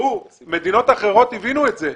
מדינות אחרות הבינו את זה.